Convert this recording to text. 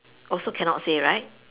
also cannot say right